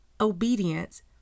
obedience